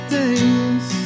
days